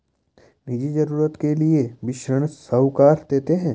निजी जरूरत के लिए भी ऋण साहूकार देते हैं